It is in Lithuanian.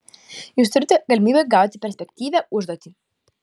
jūs turite galimybę gauti perspektyvią užduoti